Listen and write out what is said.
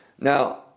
Now